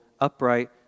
upright